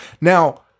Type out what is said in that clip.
Now